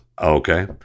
Okay